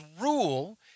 rule